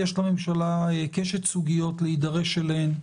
יש לממשלה קשת סוגיות להידרש אליהן,